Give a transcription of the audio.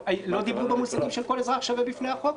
דיברו במושגים של כל אזרח שווה בפני החוק,